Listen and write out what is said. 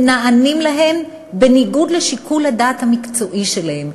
הם נענים להן בניגוד לשיקול הדעת המקצועי שלהם.